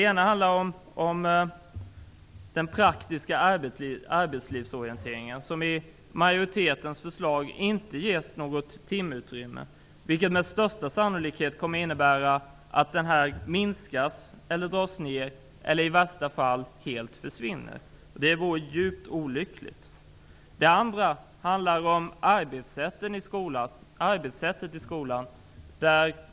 En sak är den praktiska arbetslivsorienteringen, som med majoritetens förslag inte ges något timutrymme. Det kommer med största sannolikhet att innebära att det minskas eller dras ned eller i värsta fall helt försvinner. Det vore djupt olyckligt. Ett annat sådant område är arbetssättet i skolan.